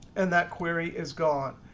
and that query is gone.